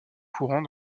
courants